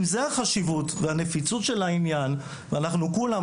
אם זאת החשיבות והנפיצות של העניין וכולנו